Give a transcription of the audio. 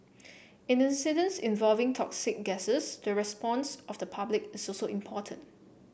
in the incidents involving toxic gases the response of the public is also important